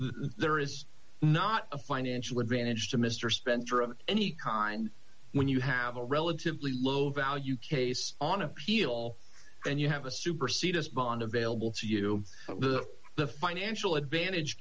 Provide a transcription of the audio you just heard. there is not a financial advantage to mr spencer of any kind when you have a relatively low value case on appeal and you have a supersede us bond available to you the financial advantage